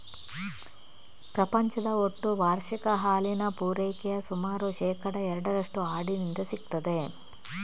ಪ್ರಪಂಚದ ಒಟ್ಟು ವಾರ್ಷಿಕ ಹಾಲಿನ ಪೂರೈಕೆಯ ಸುಮಾರು ಶೇಕಡಾ ಎರಡರಷ್ಟು ಆಡಿನಿಂದ ಸಿಗ್ತದೆ